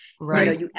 right